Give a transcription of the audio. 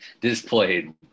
displayed